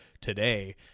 today